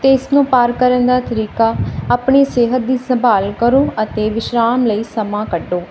ਅਤੇ ਇਸ ਨੂੰ ਪਾਰ ਕਰਨ ਦਾ ਤਰੀਕਾ ਆਪਣੀ ਸਿਹਤ ਦੀ ਸੰਭਾਲ ਕਰੋ ਅਤੇ ਵਿਸ਼ਰਾਮ ਲਈ ਸਮਾਂ ਕੱਢੋ